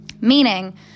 meaning